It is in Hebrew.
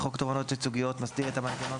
חוק התובענות הייצוגיות מסדיר את המנגנון